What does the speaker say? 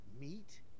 meat